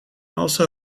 also